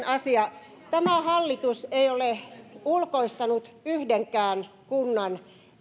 asia tämä hallitus ei ole ulkoistanut yhdenkään kunnan